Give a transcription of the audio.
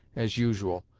as usual,